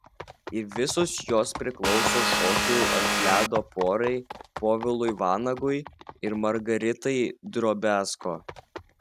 ir visos jos priklauso šokių ant ledo porai povilui vanagui ir margaritai drobiazko